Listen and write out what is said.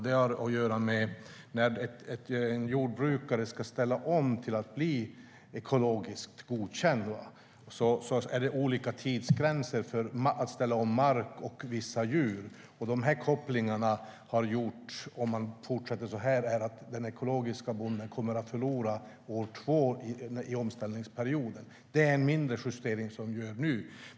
Det handlar om att när en jordbrukare ska ställa om till att bli godkänd för att bedriva ekologiskt jordbruk är det olika tidsgränser för att ställa om mark och vissa djur. Dessa kopplingar gör, om man fortsätter på detta sätt, att den ekologiska bonden kommer att förlora år två i omställningsperioden. Detta är en mindre justering som görs nu.